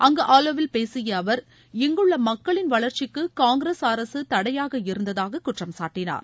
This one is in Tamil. அங்கு ஆலோ வில் பேசிய அவர் இங்குள்ள மக்களின் வளர்ச்சிக்கு காங்கிரஸ் அரசு தடையாக இருந்ததாக குற்றம் சாட்டினார்